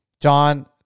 John